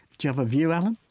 do you have a view allan?